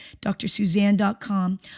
drsuzanne.com